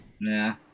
Nah